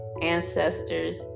ancestors